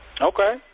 Okay